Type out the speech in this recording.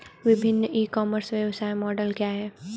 विभिन्न e commerce व्यवसाय model क्या हैं?